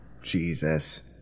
Jesus